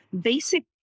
basic